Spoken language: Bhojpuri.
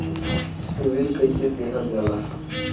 सिविल कैसे देखल जाला?